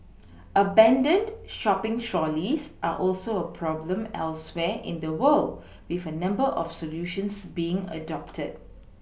abandoned shopPing trolleys are also a problem elsewhere in the world with a number of solutions being adopted